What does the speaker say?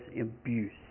abuse